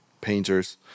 painters